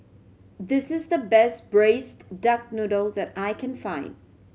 this is the best Braised Duck Noodle that I can find